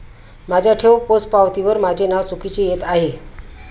माझ्या ठेव पोचपावतीवर माझे नाव चुकीचे येत आहे